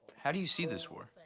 how do you see this war?